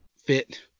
fit